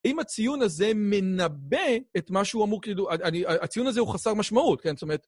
אם הציון הזה מנבא את מה שהוא אמור, כאילו, הציון הזה הוא חסר משמעות, כן?